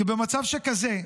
כי במצב שכזה,